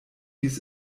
dies